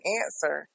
answer